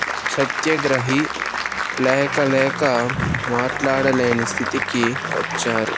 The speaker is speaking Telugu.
సత్యాగ్రహి లేక లేక మాట్లాడలేని స్థితికి వచ్చారు